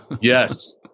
Yes